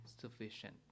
sufficient